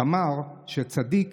תמר, שצדיק